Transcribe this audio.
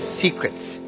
secrets